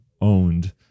owned